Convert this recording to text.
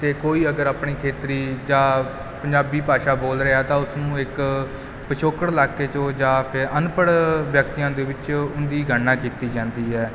ਅਤੇ ਕੋਈ ਅਗਰ ਆਪਣੀ ਖੇਤਰੀ ਜਾਂ ਪੰਜਾਬੀ ਭਾਸ਼ਾ ਬੋਲ ਰਿਹਾ ਤਾਂ ਉਸਨੂੰ ਇੱਕ ਪਿਛੋਕੜ ਇਲਾਕੇ 'ਚੋਂ ਜਾਂ ਫਿਰ ਅਨਪੜ੍ਹ ਵਿਅਕਤੀਆਂ ਦੇ ਵਿੱਚ ਉਸ ਦੀ ਗਣਨਾ ਕੀਤੀ ਜਾਂਦੀ ਹੈ